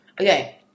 Okay